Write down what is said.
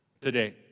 today